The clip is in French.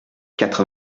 quatre